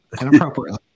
inappropriately